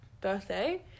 Birthday